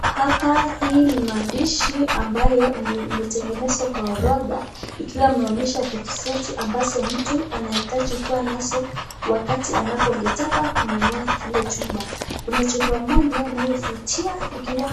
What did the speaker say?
Hapa hii ni maandishi ambayo imetengenezwa kwa orodha ikiwa imeonesha vitu zote mtu anahitaji kua nazo wakati anapo angetaka kununua kile chumba. Kuna chumba moja inayovutia ikiwa